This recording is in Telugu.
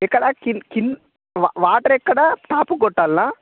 ఎక్కడ కిం కింద వాటర్ ఎక్కడా టాప్కి కొట్టాలనా